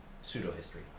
pseudo-history